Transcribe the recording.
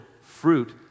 fruit